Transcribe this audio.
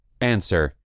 Answer